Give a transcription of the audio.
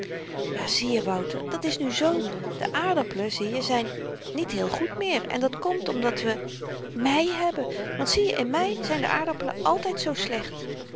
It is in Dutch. ja zieje wouter dat is nu z de aardappelen zieje zyn niet heel goed meer en dat komt omdat we mei hebben want zieje in mei zyn de aardappelen altyd zoo slecht